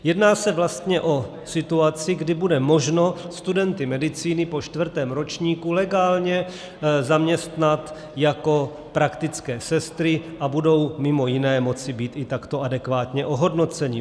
Jedná se vlastně o situaci, kdy bude možno studenty medicíny po čtvrtém ročníku legálně zaměstnat jako praktické sestry a budou mimo jiné moci být i takto adekvátně ohodnoceni.